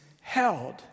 held